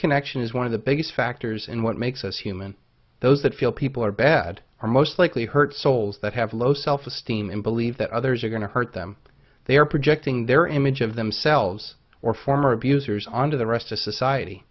connection is one of the biggest factors in what makes us human those that feel people are bad are most likely hurt souls that have low self esteem and believe that others are going to hurt them they are projecting their image of themselves or former abusers on to the rest of society